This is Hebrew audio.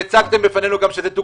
הצגתם בפנינו שזה גם תוקצב.